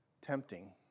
tempting